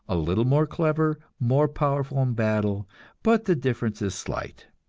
a little more clever, more powerful in battle but the difference is slight,